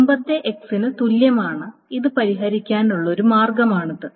മുമ്പത്തേത് x ന് തുല്യമാണ് ഇത് പരിഹരിക്കാനുള്ള ഒരു മാർഗമാണിത്